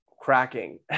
cracking